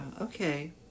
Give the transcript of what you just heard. Okay